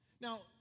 Now